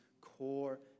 core